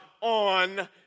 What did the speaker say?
on